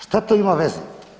Šta to ima veze?